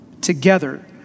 together